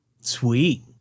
Sweet